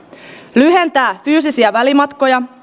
lyhentää fyysisiä välimatkoja